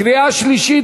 קריאה שלישית.